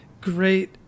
Great